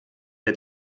der